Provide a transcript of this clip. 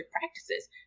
practices